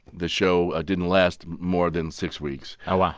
the show ah didn't last more than six weeks oh, um